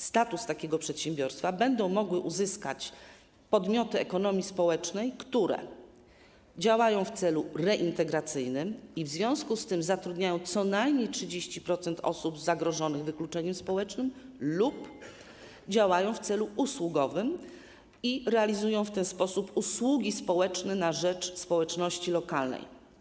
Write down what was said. Status takiego przedsiębiorstwa będą mogły uzyskać podmioty ekonomii społecznej, które działają w celu reintegracyjnym i w związku z tym zatrudniają co najmniej 30% osób zagrożonych wykluczeniem społecznym lub działają w celu usługowym i realizują w ten sposób usługi społeczne na rzecz społeczności lokalnej.